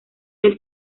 del